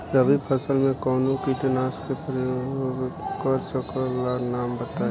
रबी फसल में कवनो कीटनाशक के परयोग कर सकी ला नाम बताईं?